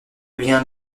vient